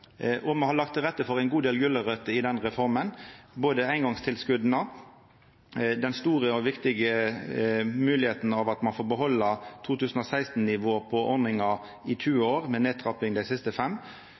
unntakstilfelle. Me har lagt til rette for ein god del gulrøter i denne reforma, både eingongstilskota, den store og viktige moglegheita ved at ein får behalda 2016-nivået på ordninga i 20